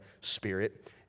spirit